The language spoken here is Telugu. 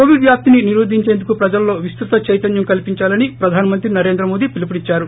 కోవిడ్ వ్యాప్తిని నిరోధించేందుకు ప్రజల్లో విస్తృత చైతన్యం కల్సించాలని ప్రధాన మంత్రి నరేంద్ర మోది పిలుపునిచ్చారు